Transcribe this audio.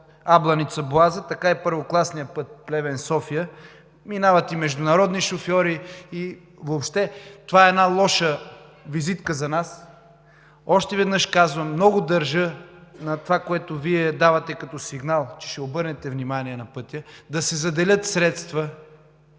Абланица – Боаза, така и първокласният път Плевен – София, минават и международни шофьори. Въобще това е една лоша визитка за нас. Още веднъж казвам, много държа на това, което Вие давате като сигнал, че ще обърнете внимание на пътя, да се заделят средства,